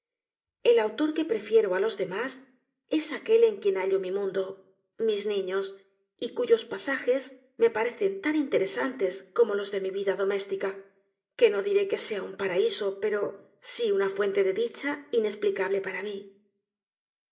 el autor que pretiero á los demás es aquel en quien hallo mi mundo mis niños y cuyos pasajes me parecen tan interesantes como los de mi vida doméstica que no diré que sea un paraíso pero sí una fuente de dicha inesplicable para mí